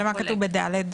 ומה כתוב ב-(ד)?